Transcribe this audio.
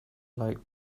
like